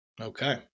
Okay